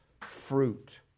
fruit